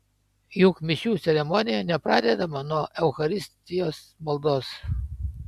juk mišių ceremonija nepradedama nuo eucharistijos maldos